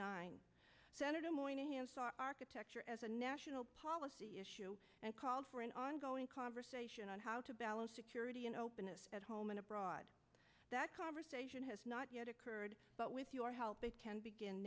ninety senator moynihan architecture as a national policy issue and called for an ongoing conversation on how to balance security and openness at home and abroad that conversation has not yet occurred but with your help it can begin